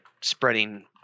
spreading